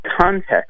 context